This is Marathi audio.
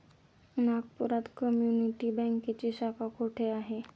नागपुरात कम्युनिटी बँकेची शाखा कुठे आहे?